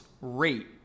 rate